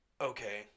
okay